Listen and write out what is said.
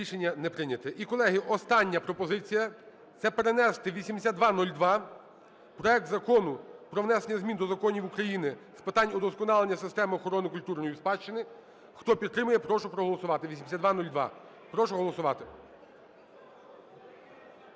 Рішення не прийнято. І, колеги, остання пропозиція, це перенести 8202, проект Закону про внесення змін до законів України з питань удосконалення системи охорони культурної спадщини. Хто підтримує, прошу проголосувати, 8202. Прошу голосувати.